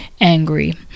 angry